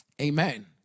Amen